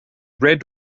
read